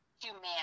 humanity